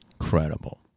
incredible